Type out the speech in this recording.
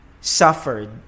suffered